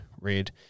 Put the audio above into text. red